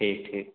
ठीक ठीक